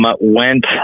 went